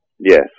Yes